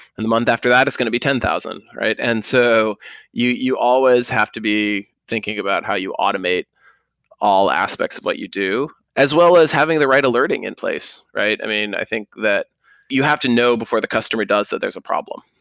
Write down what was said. and the month after that it's going to be ten thousand. and so you you always have to be thinking about how you automate all aspects of what you do, as well as having the right alerting in place right. i mean, i think that you have to know before the customer does that there's a problem.